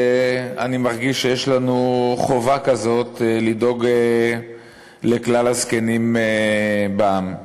אני מרגיש שיש לנו חובה כזאת לדאוג לכלל הזקנים בעם.